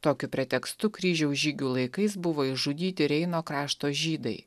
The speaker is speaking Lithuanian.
tokiu pretekstu kryžiaus žygių laikais buvo išžudyti reino krašto žydai